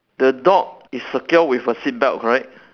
the dog is secured with a seat belt correct